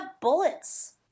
bullets